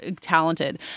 Talented